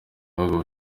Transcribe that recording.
bihugu